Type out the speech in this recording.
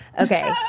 Okay